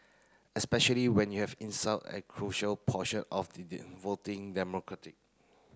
especially when you have insult a crucial portion of the voting demographic